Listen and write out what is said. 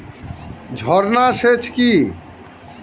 ঝর্না সেচ কি?